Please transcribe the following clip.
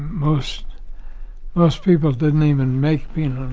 most most people didn't even make pinot